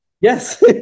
Yes